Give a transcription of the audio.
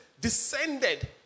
descended